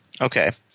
Okay